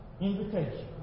invitation